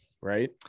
Right